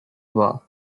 wahr